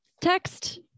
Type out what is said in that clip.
text